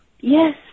yes